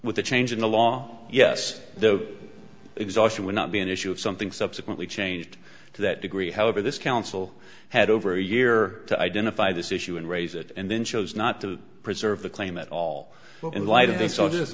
with a change in the law yes the exhaustion would not be an issue of something subsequently changed to that degree however this council had over a year to identify this issue and raise it and then chose not to preserve the claim at all in light of this or just